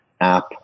app